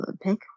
pick